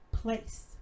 place